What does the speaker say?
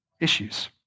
issues